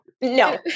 no